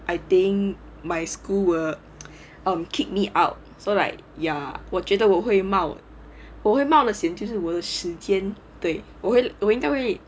I think my school will um kick me out so like ya 我觉得我会冒我会冒得险就是我的时间对我会我应该会